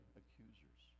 accusers